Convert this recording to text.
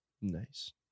Nice